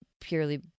purely